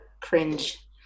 Cringe